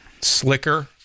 slicker